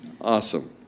Awesome